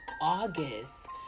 August